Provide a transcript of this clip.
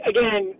Again